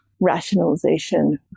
rationalization